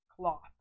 cloth